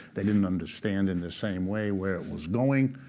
they didn't understand in the same way where it was going.